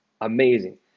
amazing